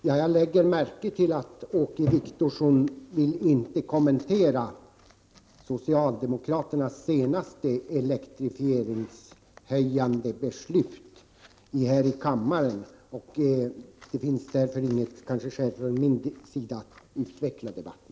Herr talman! Jag lägger märke till att Åke Wictorsson inte vill kommentera socialdemokraternas senaste elprishöjande beslut här i riksdagen. Det finns därför inget skäl för mig att utveckla debatten.